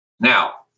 now